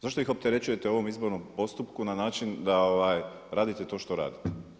Zašto ih opterećujete ovom izbornom postupku na način da radite to što radite?